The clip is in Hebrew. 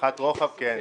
כהשלכת רוחב, כן.